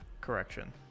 correction